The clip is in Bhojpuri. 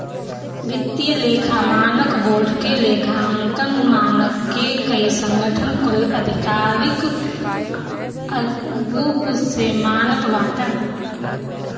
वित्तीय लेखा मानक बोर्ड के लेखांकन मानक के कई संगठन कुल आधिकारिक रूप से मानत बाटन